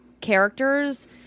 characters